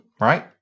right